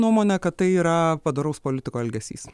nuomone kad tai yra padoraus politiko elgesys